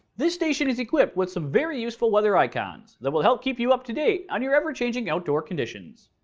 this station is equipped with some very useful weather icons that will help keep you up-to-date on your ever changing outdoor conditions.